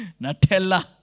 Nutella